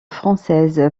française